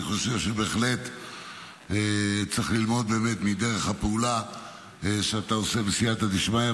אני חושב שבהחלט צריך ללמוד מדרך הפעולה שאתה עושה בסייעתא דשמיא,